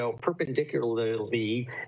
perpendicularly